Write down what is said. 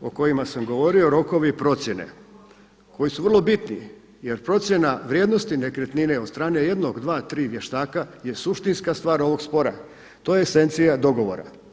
o kojima sam govorio, rokovi i procjene koji su vrlo bitni jer procjena vrijednosti nekretnine od strane jednog, dva, tri vještaka je suštinska stvar ovog spora, to je sencija dogovora.